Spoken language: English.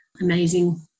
Amazing